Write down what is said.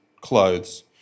clothes